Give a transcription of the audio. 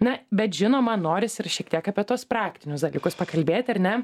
na bet žinoma norisi ir šiek tiek apie tuos praktinius dalykus pakalbėti ar ne